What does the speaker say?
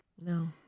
No